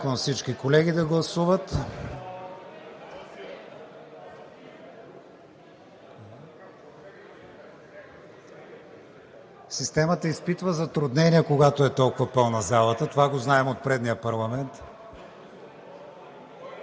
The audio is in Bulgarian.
Системата изпитва затруднения, когато е толкова пълна залата. Това го знаем от предния парламент.